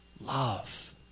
love